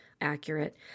accurate